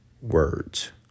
words